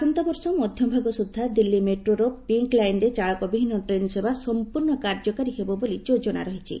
ଆସନ୍ତାବର୍ଷ ମଧ୍ୟଭାଗ ସୁଦ୍ଧା ଦିଲ୍ଲୀ ମେଟ୍ରୋର ପିଙ୍କ୍ ଲାଇନ୍ରେ ଚାଳକ ବିହୀନ ଟ୍ରେନ୍ସେବା ସମ୍ପର୍ଶ୍ଣ କାର୍ଯ୍ୟକାରୀ ହେବ ବୋଲି ଯୋଜନା ରହିଛି